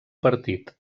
partit